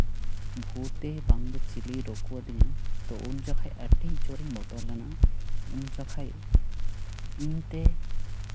ᱵᱷᱩᱛᱮ ᱵᱟᱝᱫᱚ ᱪᱤᱞᱤᱭ ᱨᱩᱠᱩᱣᱟᱫᱤᱧᱟ ᱛᱚ ᱩᱱ ᱡᱚᱠᱷᱟᱱ ᱟᱹᱰᱤ ᱡᱳᱨᱤᱧ ᱵᱚᱛᱚᱨ ᱞᱮᱱᱟ ᱩᱱ ᱡᱚᱠᱷᱟᱱ ᱤᱧ ᱛᱮ